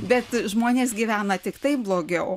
bet žmonės gyvena tiktai blogiau